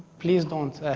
please don't.